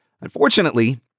Unfortunately